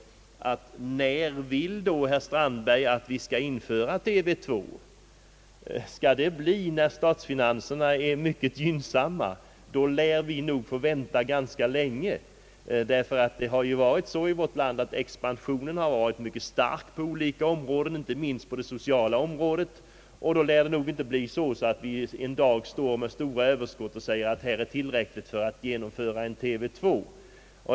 När vill herr Strandberg att vi skall införa TV 2? Skall det bli när statsfinanserna är mera gynnsamma än nu, så lär vi nog få vänta ganska länge. Expansionen har varit stark i vårt land, inte minst på det sociala området, och det lär inte bli så att vi en dag har så stora överskott att vi kan säga att de är tillräckliga för att genomföra TV 2.